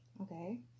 Okay